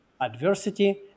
adversity